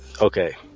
Okay